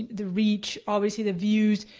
the reach, obviously the views.